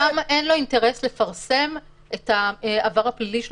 לאדם אין אינטרס לפרסם את העבר הפלילי שלו,